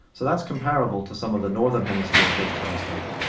so that's comparable to some of the northern hemisphere big telescopes.